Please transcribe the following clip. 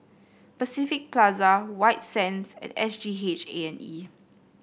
Pacific Plaza White Sands and S G H A and E